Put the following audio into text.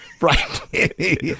right